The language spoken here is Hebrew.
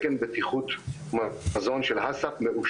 הוא צריך להיות בעל תקן בטיחות מזון של Haccp מאושר.